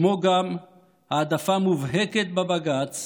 כמו גם העדפה מובהקת בבג"ץ